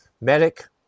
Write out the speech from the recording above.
medic